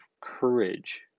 courage